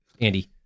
Andy